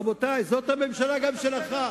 רבותי, זאת גם הממשלה שלכם.